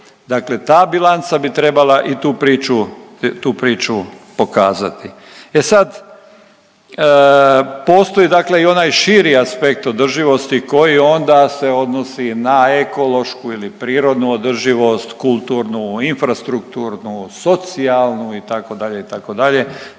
dakle ta bilanca bi trebala i tu priču pokazati. E sad, postoji dakle i onaj širi aspekt održivosti koji onda se odnosi na ekološku ili prirodnu održivost, kulturnu, infrastrukturnu, socijalnu itd., itd.,